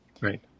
Right